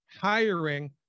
hiring